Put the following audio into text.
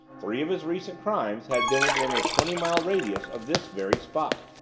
three of his recent crimes had been within a twenty-mile radius of this very spot.